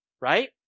Right